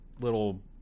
little